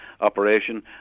operation